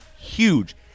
huge